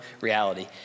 reality